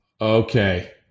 Okay